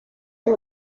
con